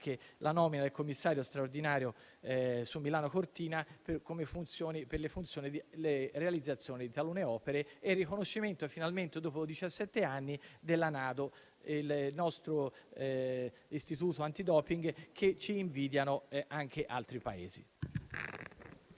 la nomina del commissario straordinario di Milano Cortina 2026, per la realizzazione di talune opere, e il riconoscimento finalmente, dopo diciassette anni, della NADO (il nostro istituto antidoping), che ci invidiano anche altri Paesi.